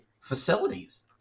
facilities